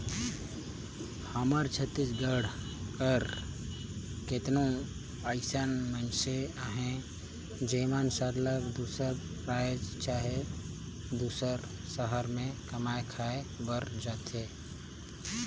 हमर छत्तीसगढ़ कर केतनो अइसन मइनसे अहें जेमन सरलग दूसर राएज चहे दूसर सहर में कमाए खाए बर जाथें